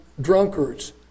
drunkards